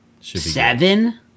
Seven